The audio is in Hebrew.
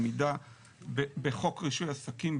עמידה בחוק רישוי עסקים,